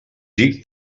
tic